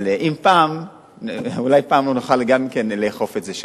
אבל אולי פעם נוכל גם לאכוף את זה שם.